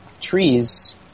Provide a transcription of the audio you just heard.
trees